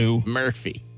Murphy